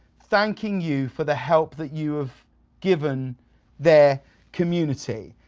thanking you for the help that you have given their community,